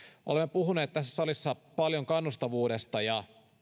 puhuneet tässä salissa paljon kannustavuudesta ja